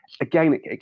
again